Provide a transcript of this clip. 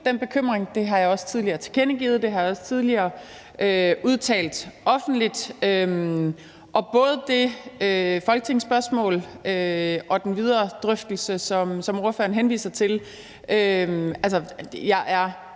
den bekymring. Det har jeg også tidligere tilkendegivet, og det har jeg også tidligere udtalt offentligt. Både i forhold til det folketingsspørgsmål og den videre drøftelse, som ordføreren for forslagsstillerne